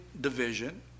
division